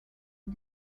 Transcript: for